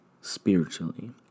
spiritually